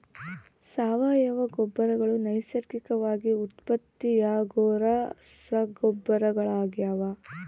ಸಾವಯವ ಗೊಬ್ಬರಗಳು ನೈಸರ್ಗಿಕವಾಗಿ ಉತ್ಪತ್ತಿಯಾಗೋ ರಸಗೊಬ್ಬರಗಳಾಗ್ಯವ